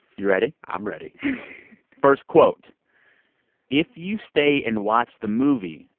you ready? i'm ready first quote if you stay and watch the movie,